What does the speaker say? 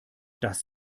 dass